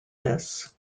this